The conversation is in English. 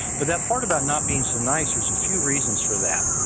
but that part about not being so nice there's a few reasons for that.